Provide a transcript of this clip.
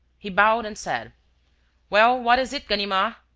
he bowed and said well, what is it, ganimard?